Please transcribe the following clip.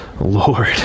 Lord